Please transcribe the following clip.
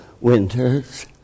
winters